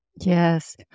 Yes